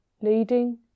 Leading